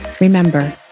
Remember